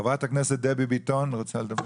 חברת הכנסת דבי ביטון רצתה לדבר.